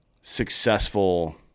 successful